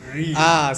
really